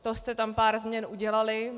To jste tam pár změn udělali.